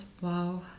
wow